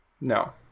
No